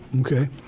Okay